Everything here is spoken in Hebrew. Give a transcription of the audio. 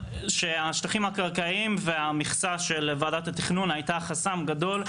שהשטחים הקרקעיים והמכסה של ועדת התכנון הייתה חסם גדול.